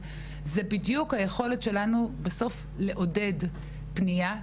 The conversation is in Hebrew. זה בדיוק היכולת שלנו בסוף לעודד פנייה.